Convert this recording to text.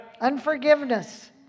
unforgiveness